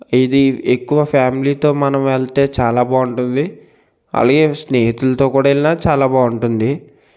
ఇది ఎక్కువ ఫ్యామిలీతో మనం వెళ్తే చాలా బాగుంటుంది అలాగే స్నేహితులతో కూడా వెళ్ళిన చాలా బాగుంటుంది